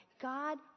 God